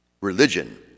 religion